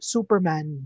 Superman